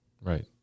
Right